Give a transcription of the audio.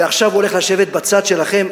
ועכשיו הולך לשבת בצד שלכם,